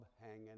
hanging